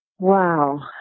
Wow